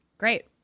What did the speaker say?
great